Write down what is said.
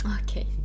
Okay